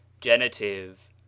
Genitive